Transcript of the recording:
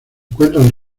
encuentran